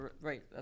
Right